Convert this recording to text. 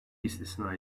istisna